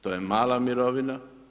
To je mala mirovina.